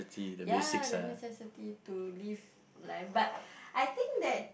ya the necessity to live life but I think that